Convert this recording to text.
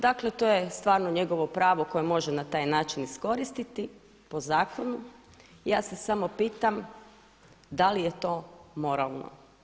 Dakle, to je stvarno njegovo pravo koje može na taj način iskoristiti po zakonu i ja se samo pitam da li je to moralno.